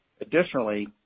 Additionally